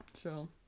Sure